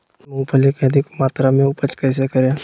मूंगफली के अधिक मात्रा मे उपज कैसे करें?